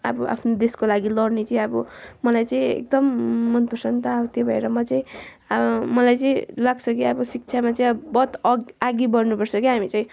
अब आफ्नो देशको लागि लढ्ने चाहिँ अब मलाई चाहिँ एकदम मन पर्छ नि त अब त्यो भएर म चाहिँ अब मलाई चाहिँ लाग्छ कि अब शिक्षामा चाहिँ अब बहुत अघि बढ्नु पर्छ क्या हामी चाहिँ